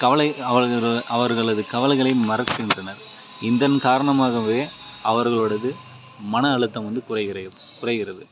கவலை அவர் அவர்களது கவலைகளை மறக்கின்றனர் இதன் காரணமாகவே அவர்களது மனஅழுத்தம் வந்து குறைகிற குறைகிறது